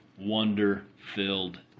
wonder-filled